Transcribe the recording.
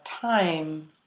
time